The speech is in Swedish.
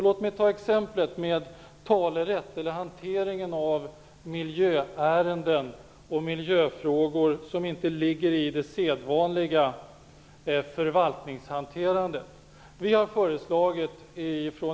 Låt mig som exempel ta hanteringen av miljöärenden som inte ligger inom det sedvanliga förvaltningshanterandet.